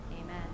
Amen